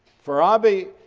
farabi,